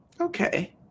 okay